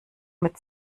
mit